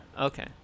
Okay